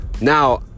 Now